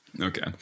Okay